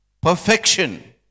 Perfection